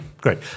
great